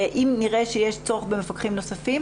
אם נראה שיש צורך במפקחים נוספים,